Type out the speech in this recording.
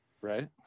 Right